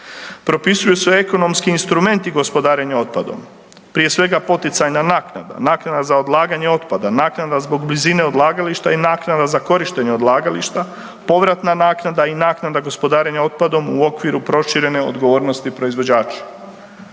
Propisuju se ekonomski instrumenti gospodarenja otpadom, prije svega poticajna naknada, naknada za odlaganje otpada, naknada zbog blizine odlagališta i naknada za korištenje odlagališta, povratna naknada i naknada gospodarenja otpadom u okviru proširene odgovornosti proizvođača.